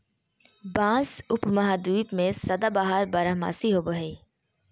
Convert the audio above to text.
बाँस उपमहाद्वीप में सदाबहार बारहमासी होबो हइ